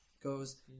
goes